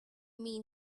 mean